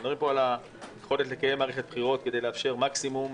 אנחנו מדברים פה על היכולת לקיים מערכת בחירות כדי לאפשר במקסימום